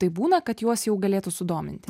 tai būna kad juos jau galėtų sudominti